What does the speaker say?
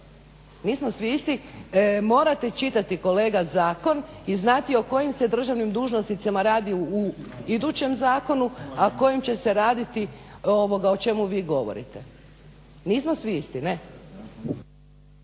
isti, nismo svi isti. Morate čitati kolega zakon i znati o kojim se državnim dužnosnicima radi u idućem zakonu, a kojem će se raditi ovoga o čemu vi govorite. Nismo svi isti, ne.